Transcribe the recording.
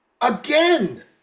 again